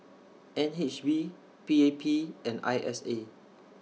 N H B P A P and I S A